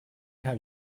have